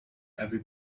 every